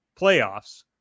playoffs